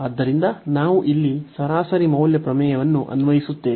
ಆದ್ದರಿಂದ ನಾವು ಇಲ್ಲಿ ಸರಾಸರಿ ಮೌಲ್ಯ ಪ್ರಮೇಯವನ್ನು ಅನ್ವಯಿಸುತ್ತೇವೆ